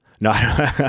No